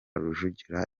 rujugira